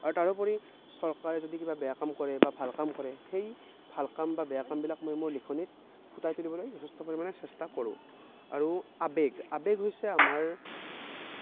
আৰু তাৰোপৰি চৰকাৰে যদি কিবা বেয়া কাম কৰে বা ভাল কাম কৰে সেই ভাল কাম বা বেয়া কামবিলাক মই মোৰ লিখনিত ফুটাই তুলিবলৈ যথেষ্ট পৰিমাণে চেষ্টা কৰোঁ আৰু আৱেগ আৱেগ হৈছে আমাৰ